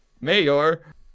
Mayor